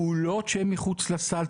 פעולות שהם מחוץ לסל,